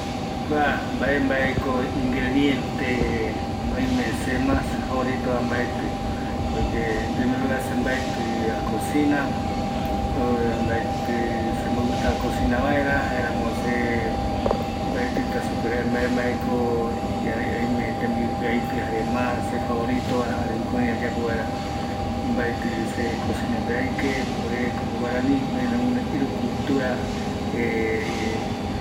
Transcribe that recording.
kua mbae mbae ko ingrediente oime se ma favorito va mbaeti porque en primer lugar se mbaeti a cocina mbaeti sembo gusta a cocina mbaera jaeramo se maetita sepuere mbae mbae ko oime tembiu pe aiti jare ma se favorito va jare jukurai ayapo vaera mbaeti se cocina pe aike ore como guarani oime rogunoi iru cultura